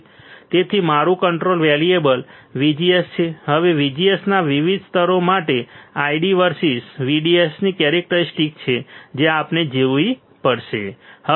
તેથી મારું control variable VGS છે હવે VGS ના વિવિધ સ્તરો માટે ID વર્સીસ VDS ની કેરેક્ટરીસ્ટિક છે જે આપણે જોવી પડશે